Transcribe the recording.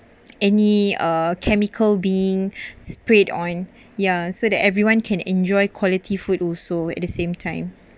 any uh chemical being spread on ya so that everyone can enjoy quality food also at the same time